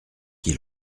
qui